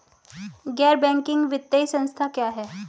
गैर बैंकिंग वित्तीय संस्था क्या है?